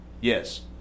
yes